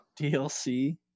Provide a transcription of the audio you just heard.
DLC